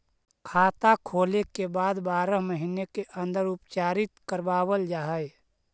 खाता खोले के बाद बारह महिने के अंदर उपचारित करवावल जा है?